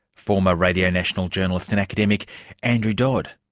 former radio national journalist and academic andrew dodd.